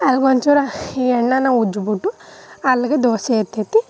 ಅಲ್ಗೆ ಒಂಚೂರ ಎಣ್ಣೆನ ಉಜ್ಬಿಟ್ಟು ಅಲ್ಲಿಗೆ ದೋಸೆ ಎತ್ತೆತ್ತಿ